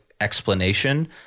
explanation